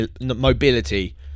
mobility